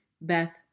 Beth